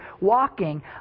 walking